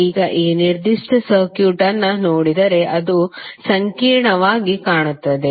ಈಗ ಈ ನಿರ್ದಿಷ್ಟ ಸರ್ಕ್ಯೂಟ್ ಅನ್ನು ನೋಡಿದರೆ ಅದು ಸಂಕೀರ್ಣವಾಗಿ ಕಾಣುತ್ತದೆ